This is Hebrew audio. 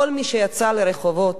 כל מי שיצא לרחובות